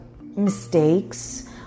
mistakes